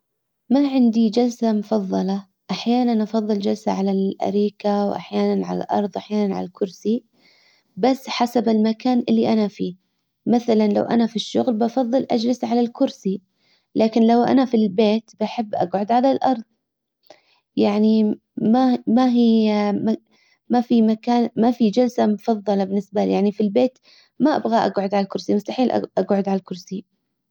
ما عندي جلسة مفظلة احيانا افضل جلسة على الاريكة واحيانا على الارض احيانا على الكرسي بس حسب المكان اللي انا فيه. مثلا لو انا في الشغل بفضل اجلس على الكرسي لكن لو انا في البيت بحب اقعد على الارض. يعني ما هي ما في مكان ما في جلسة مفضلة بالنسبة لي يعني في البيت ما ابغى اجعد عالكرسي مستحيل اجعد عالكرسي.